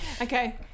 Okay